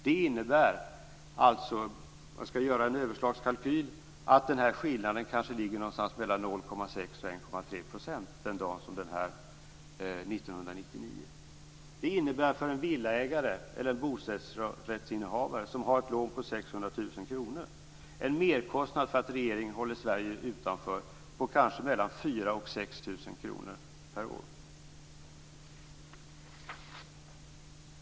Det innebär alltså, om vi gör en överslagskalkyl, att skillnaden ligger någonstans mellan 0,6 och 1,3 % 1999. Det innebär för en villaägare eller en bostadsrättsinnehavare som har ett lån på 600 000 kronor en merkostnad på mellan 4 000 och 6 000 kronor per år för att regeringen håller Sverige utanför EMU.